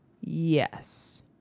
Yes